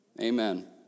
Amen